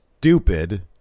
stupid